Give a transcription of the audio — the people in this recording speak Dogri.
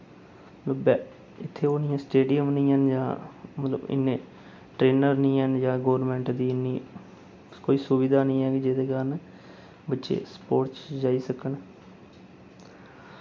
लुब्भै इत्थै ओह् नि ऐ स्टेडियम नि हैन यां मतलब इन्ने ट्रेनर नि हैन जां गोरमैंट दी इन्नी कोई सुविधा नि ऐ कि जेह्दे कारण बच्चे स्पोर्ट्स च जाई सकन